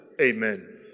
Amen